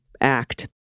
act